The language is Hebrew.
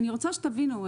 אני צריכה שתבינו,